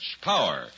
power